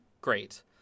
great